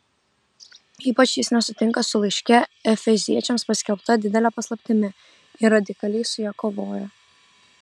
ypač jis nesutinka su laiške efeziečiams paskelbta didele paslaptimi ir radikaliai su ja kovoja